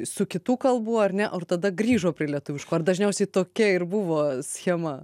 su kitų kalbų ar ne o tada grįžo prie lietuviškų ir dažniausiai tokia ir buvo schema